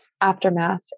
aftermath